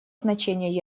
значение